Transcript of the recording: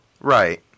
Right